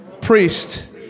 priest